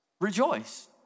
rejoice